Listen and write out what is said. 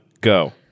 go